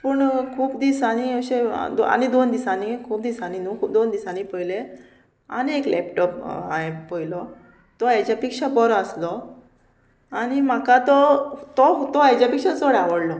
पूण खूब दिसांनी अशें आनी दोन दिसांनी खूब दिसांनी न्हू खूब दोन दिसांनी पयलें आनी एक लॅपटॉप हांवें पयलो तो हेच्या पेक्षा बरो आसलो आनी म्हाका तो तो हेच्या पेक्षा चड आवडलो